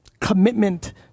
commitment